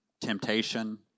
temptation